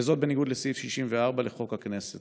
וזאת בניגוד לסעיף 64 לחוק הכנסת.